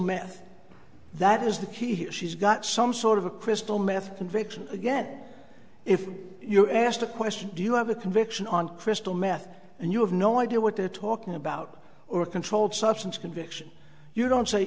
meth that is the key here she's got some sort of a crystal meth conviction again if you ask the question do you have a conviction on crystal meth and you have no idea what they're talking about or a controlled substance conviction you don't say